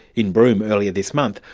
in broome earlier this month,